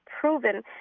proven